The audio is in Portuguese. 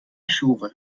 chuva